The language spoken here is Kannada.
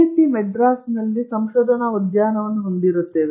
ಮತ್ತು ಎಡಿಂಗ್ಟನ್ ಹೋದರು ಮತ್ತು ಅಳೆಯುತ್ತಾರೆ ಇದು ಐನ್ಸ್ಟೈನ್ ಭವಿಷ್ಯದಲ್ಲಿ ನಿಖರವಾಗಿ ಆಗಿತ್ತು